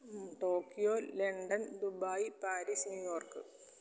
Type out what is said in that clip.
Tokyo London Dubai Paris New York